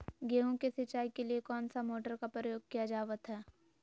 गेहूं के सिंचाई के लिए कौन सा मोटर का प्रयोग किया जावत है?